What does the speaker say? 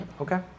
okay